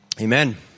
Amen